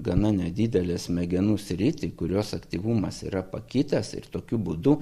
gana nedidelę smegenų sritį kurios aktyvumas yra pakitęs ir tokiu būdu